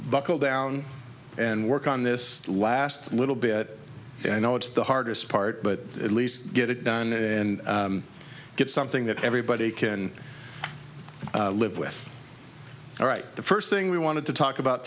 buckle down and work on this last little bit i know it's the hardest part but at least get it done in get something that everybody can live with all right the first thing we wanted to talk about